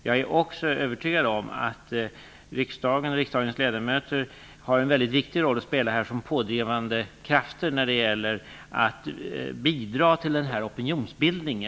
Jag är också övertygad om att riksdagen och riksdagens ledamöter har en väldigt viktig roll att spela som pådrivande krafter när det gäller att bidra till denna opinionsbildning.